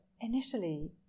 initially